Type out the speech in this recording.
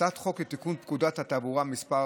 הצעת חוק לתיקון פקודת התעבורה (מס'